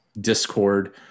discord